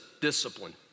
discipline